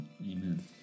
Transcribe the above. Amen